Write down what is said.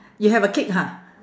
you have a cake ha